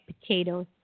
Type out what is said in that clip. potatoes